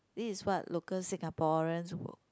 this is what local Singaporeans work